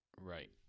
Right